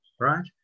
right